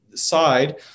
side